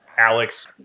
Alex